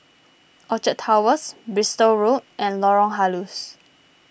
Orchard Towers Bristol Road and Lorong Halus